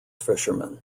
fishermen